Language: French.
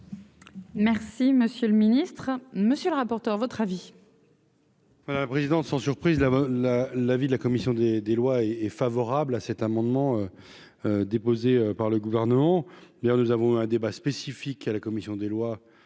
Merci monsieur le ministre, monsieur le rapporteur, votre avis. Un président sans surprise, la, la, l'avis de la commission des des lois et est favorable à cet amendement déposé par le gouvernement, hier, nous avons un débat spécifique à la commission des Lois